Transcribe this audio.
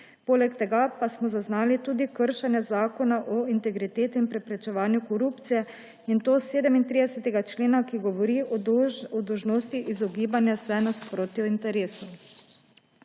Poleg tega pa smo zaznali tudi kršenje Zakona o integriteti in preprečevanju korupcije, in to 37. člena, ki govori o dolžnosti izogibanja se nasprotju interesov.